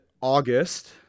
august